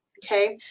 okay?